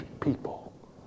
people